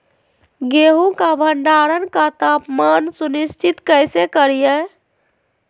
गेहूं का भंडारण का तापमान सुनिश्चित कैसे करिये?